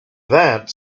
that